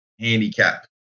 handicap